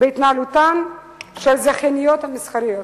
בהתנהלותן של הזכייניות המסחריות.